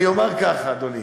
אני אומר ככה, אדוני: